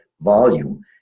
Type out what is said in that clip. volume